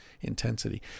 intensity